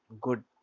good